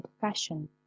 fashion